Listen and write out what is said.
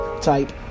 type